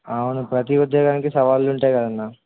అవును ప్రతి ఉద్యోగానికి సవాళ్లు ఉంటాయి కదన్నా